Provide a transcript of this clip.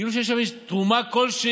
כאילו שיש להם תרומה כלשהי